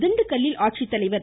திண்டுக்கல்லில் ஆட்சித்தலைவர் திரு